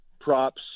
props